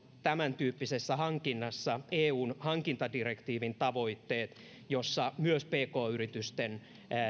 tämäntyyppisessä hankinnassa eun hankintadirektiivin tavoitteet joissa myös pk yritysten